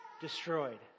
destroyed